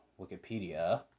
Wikipedia